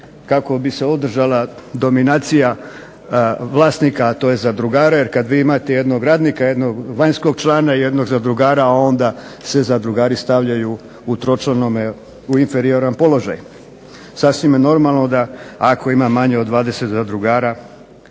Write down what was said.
kako bi se održala dominacija vlasnika, a to je zadrugara, jer kad vi imate jednog radnika, jednog vanjskog člana, jednog zadrugara, onda se zadrugari stavljaju u tročlanome, u inferioran položaj. Sasvim je normalno da ako ima manje od 20 zadrugara